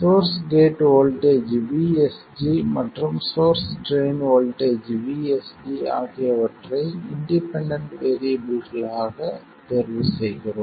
source gate voltage VSG மற்றும் source drain voltage VSD ஆகியவற்றைச் independent வேறியபிள்களாகத் தேர்வு செய்கிறோம்